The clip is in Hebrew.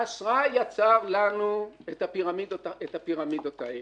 האשראי יצר לנו את הפירמידות האלה.